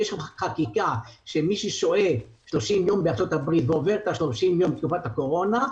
יש שם חקיקה שמי ששוהה 30 יום בארצות הברית ועובר אותם בתקופת הקורונה,